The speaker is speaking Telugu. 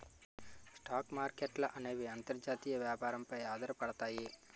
స్టాక్ మార్కెట్ల అనేవి అంతర్జాతీయ వ్యాపారం పై ఆధారపడతాయి